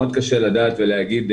מאוד קשה לדעת ולהגיד,